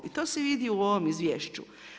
I to se vidi u ovom izvješću.